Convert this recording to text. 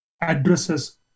addresses